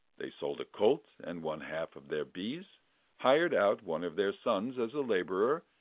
they sold a colt, and one half of their bees hired out one of their sons as a laborer,